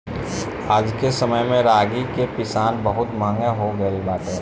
आजके समय में रागी के पिसान बहुते महंग हो गइल बाटे